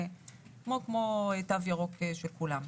כמו תו ירוק של כולם.